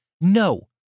No